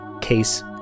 case